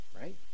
Right